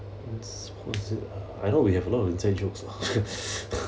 what is it ah I know we have a lot of inside jokes lah